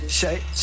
shake